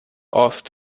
oft